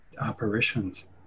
apparitions